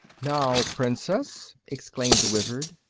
now, princess, exclaimed the wizard,